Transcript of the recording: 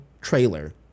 trailer